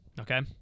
Okay